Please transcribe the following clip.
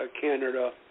Canada